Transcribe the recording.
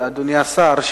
אדוני השר,